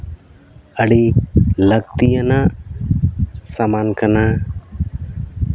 ᱟᱹᱰᱤ ᱞᱟᱹᱠᱛᱤᱭᱟᱱᱟᱜ ᱥᱟᱢᱟᱱ ᱠᱟᱱᱟ